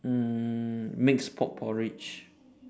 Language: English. mm mixed pork porridge